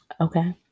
Okay